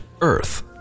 earth